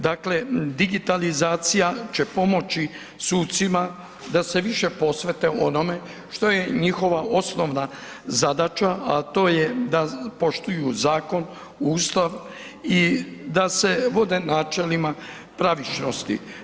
Dakle, digitalizacija će pomoći sucima da se više posvete onome što je njihova osnovna zadaća, a to je da poštuju zakon, Ustav i da se vode načelima pravičnosti.